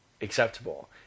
acceptable